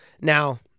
now